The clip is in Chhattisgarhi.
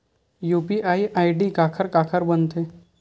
यू.पी.आई आई.डी काखर काखर बनथे?